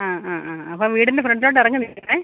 ആ ആ ആ അപ്പം വീടിൻ്റെ ഫ്രണ്ടിലോട്ട് ഇറങ്ങി നിൽക്കണം